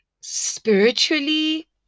spiritually